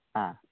ആ